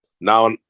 Now